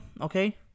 okay